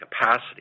capacity